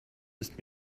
ist